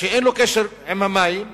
שאין לו קשר עם המים.